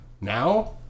Now